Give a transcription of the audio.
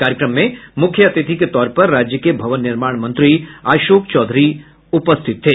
कार्यक्रम में मूख्य अतिथि के तौर पर राज्य के भवन निर्माण मंत्री अशोक चौधरी उपस्थित थे